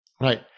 Right